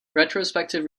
retrospective